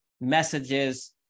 messages